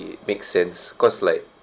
make sense cause like